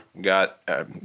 got